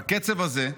בקצב הזה,